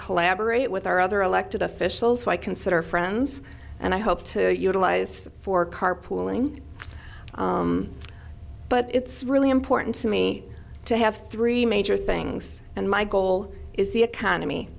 collaborate with our other elected officials who i consider friends and i hope to utilize for carpooling but it's really important to me to have three major things and my goal is the economy